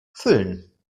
füllen